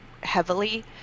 heavily